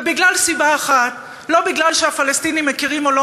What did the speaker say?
ומסיבה אחת: לא כי הפלסטינים מכירים או לא